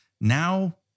now